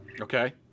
Okay